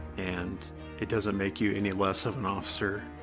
and it doesn't make you any less of an officer.